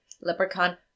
leprechaun